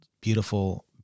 beautiful